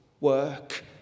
work